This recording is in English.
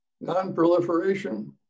non-proliferation